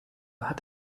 hat